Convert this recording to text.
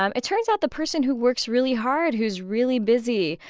um it turns out the person who works really hard, who's really busy,